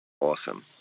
awesome